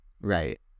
right